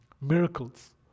miracles